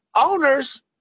owners